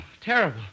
Terrible